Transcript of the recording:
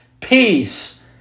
peace